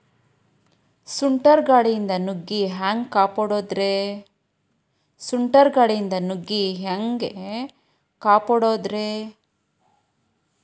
ಸುಂಟರ್ ಗಾಳಿಯಿಂದ ನುಗ್ಗಿ ಹ್ಯಾಂಗ ಕಾಪಡೊದ್ರೇ?